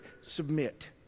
submit